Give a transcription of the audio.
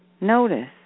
Notice